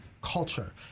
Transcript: culture